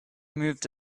moved